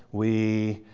we